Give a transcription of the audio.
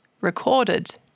recorded